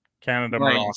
Canada